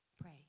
pray